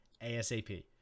ASAP